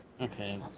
Okay